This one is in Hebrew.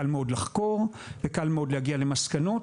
קל מאוד לחקור וקל מאוד להגיע למסקנות